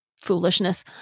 foolishness